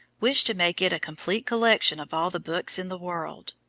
wished to make it a complete collection of all the books in the world.